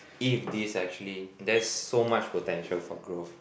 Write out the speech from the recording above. if this actually there's so much potential for growth